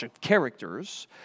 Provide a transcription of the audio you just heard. characters